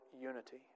unity